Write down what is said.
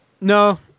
no